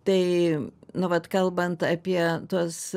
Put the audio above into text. tai nu vat kalbant apie tuos